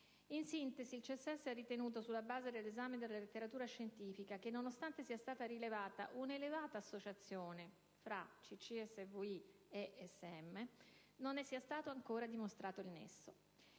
di sanità ha ritenuto, sulla base dell'esame della letteratura scientifica, che, nonostante sia stata rilevata un'elevata associazione fra CCSVI e sclerosi multipla, non ne sia stato ancora dimostrato il nesso.